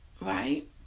right